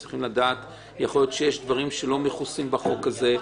יכול להיות שיש דברים שלא מכוסים בחוק הזה,